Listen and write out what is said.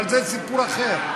אבל זה סיפור אחר,